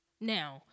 Now